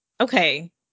okay